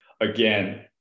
again